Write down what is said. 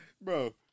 Bro